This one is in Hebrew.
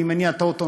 אני מניע את האוטו,